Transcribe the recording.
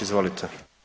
Izvolite.